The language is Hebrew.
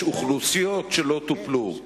יש אוכלוסיות שלא טופלו.